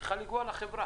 צריך לומר לחברה: